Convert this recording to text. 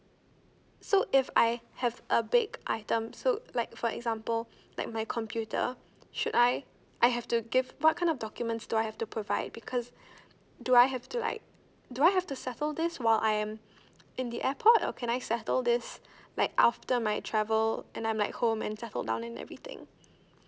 so if I have a big item so like for example like my computer should I I have to give what kind of documents do I have to provide because do I have to like do I have to settle this while I am in the airport or can I settle this like after my travel and I'm like home and settled down and everything